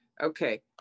Okay